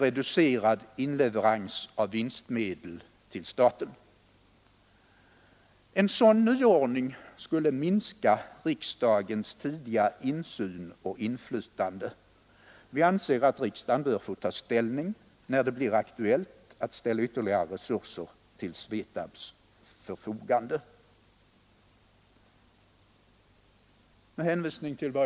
En sådan nyordning skulle minska riksdagens tidiga insyn och inflytande. Vi anser att riksdagen bör få ta ställning när det blir aktuellt att ställa ytterligare resurser till SVETAB:s förfogande.